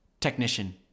technician